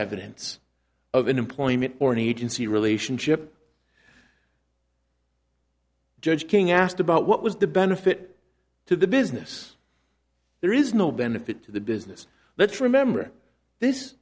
evidence of an employment or an agency relationship judge king asked about what was the benefit to the business there is no benefit to the business let's remember this